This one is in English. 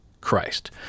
Christ